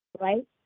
Right